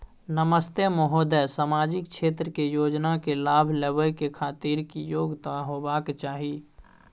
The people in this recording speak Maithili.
नमस्ते महोदय, सामाजिक क्षेत्र के योजना के लाभ लेबै के खातिर की योग्यता होबाक चाही?